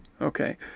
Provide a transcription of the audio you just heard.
Okay